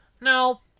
no